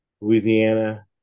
Louisiana